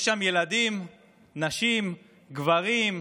יש שם ילדים, נשים, גברים,